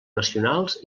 nacionals